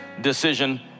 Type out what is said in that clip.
decision